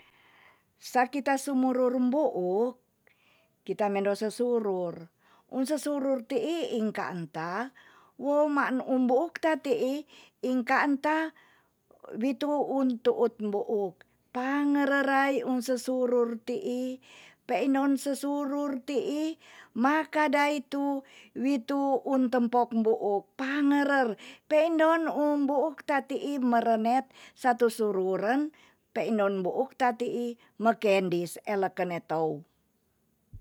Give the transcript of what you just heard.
Sa kita sumurur rembuuk kita mendo sesurur, un sesurur ti'i inka anta witu un tuut bu uk. pangererai un sesurur ti'i pei endon sesuru ti'i maka dai tu witu un tempok bu uk. pangerer pei endon um buuk ta ti'i marenet satu sururen pei endon bu uk ta ti'i me kendis eleken ne tou.